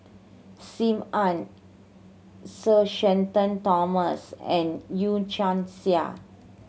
Sim Ann Sir Shenton Thomas and Yee Chia Hsing